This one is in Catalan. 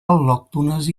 al·lòctones